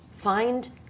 Find